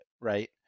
right